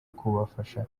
kubafasha